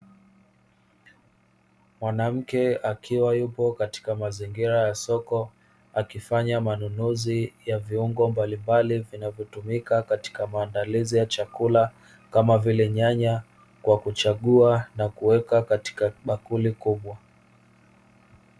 Mwanamke akiwa yupo katika mazingira ya soko. Akifanya manunuzi ya viungo mbalimbali vinavyotumika katika maandalizi ya chakula kama vile nyanya. Kwa kuchagua na kuweka katika bakuli kubwa.